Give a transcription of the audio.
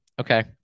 okay